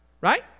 right